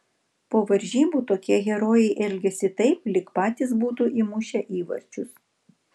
po varžybų tokie herojai elgiasi taip lyg patys būtų įmušę įvarčius